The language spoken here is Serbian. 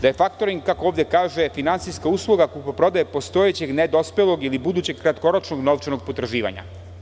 Dakle, faktoring je ovde kako kaže finansijska usluga od kupoprodajućeg postojećeg nedospelog ili budućeg kratkoročnog novčanog potraživanja.